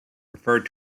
referred